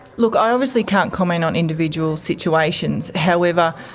look, i obviously can't comment on individual situations. however,